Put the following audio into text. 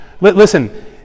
Listen